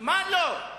מה לא.